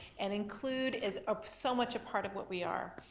and include is ah so much a part of what we are.